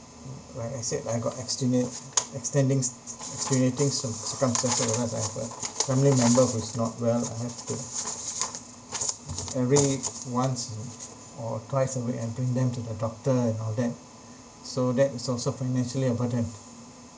mm like I said I got extending s~ extenuating so~ circumstances or else I have a family member who is not well I have to every once mm or twice a week I bring them to the doctor and all that so that is also financially a burden